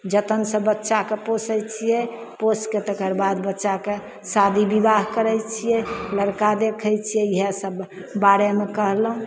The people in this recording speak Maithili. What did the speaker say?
जतन से बच्चाके पोसैत छियै पोसकए तेकरबाद बच्चाके शादी बिबाह करैत छियै लड़का देखैत छियै इहए सब बारेमे कहलहुँ